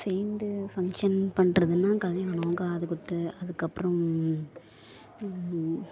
சேர்ந்து ஃபங்க்ஷன் பண்ணுறதுன்னா கல்யாணம் காது குத்து அதற்கப்புறம்